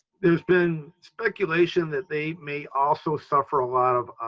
there's been speculation that they may also suffer a lot of